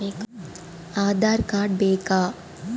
Aadhaar card ಬೇಕಾ?